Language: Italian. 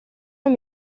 non